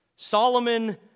Solomon